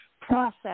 process